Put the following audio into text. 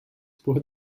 por